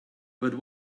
but